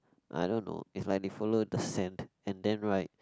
I don't know it's like they follow the sand and then right